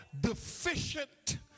deficient